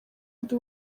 ndi